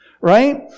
right